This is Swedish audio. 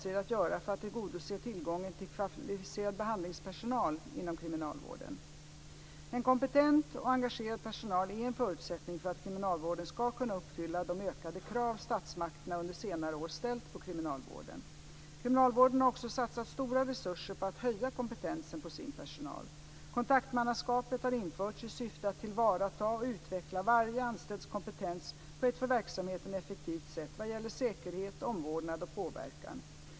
En kompetent och engagerad personal är en förutsättning för att kriminalvården ska kunna uppfylla de ökade krav statsmakterna under senare år ställt på kriminalvården. Kriminalvården har också satsat stora resurser på att höja kompetensen på sin personal. Kontaktmannaskapet har införts i syfte att tillvarata och utveckla varje anställds kompetens på ett för verksamheten effektivt sätt vad gäller säkerhet, omvårdnad och påverkan.